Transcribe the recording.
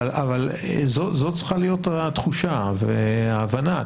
אבל זאת צריכה להיות התחושה וההבנה.